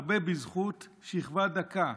הרבה בזכות שכבה דקה,